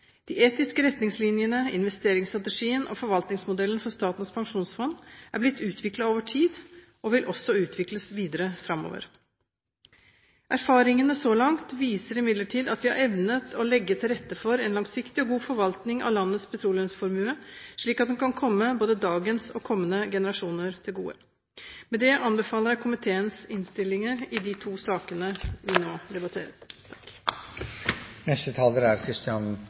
De etiske retningslinjene, investeringsstrategien og forvaltningsmodellen for Statens pensjonsfond er blitt utviklet over tid og vil også utvikles videre framover. Erfaringene så langt viser imidlertid at vi har evnet å legge til rette for en langsiktig og god forvaltning av landets petroleumsformue, slik at den kan komme både dagens og kommende generasjoner til gode. Med det anbefaler jeg komiteens innstillinger i de to sakene vi nå debatterer. Alle er